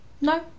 No